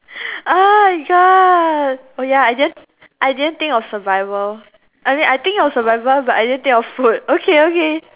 oh God oh ya I didn't I didn't think of survival I mean I think of survival but I didn't think of food okay okay